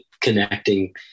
connecting